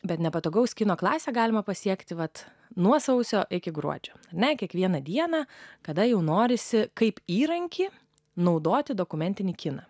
bet nepatogaus kino klasę galima pasiekti vat nuo sausio iki gruodžio ne kiekvieną dieną kada jau norisi kaip įrankį naudoti dokumentinį kiną